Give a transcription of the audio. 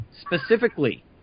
specifically